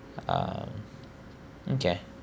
um okay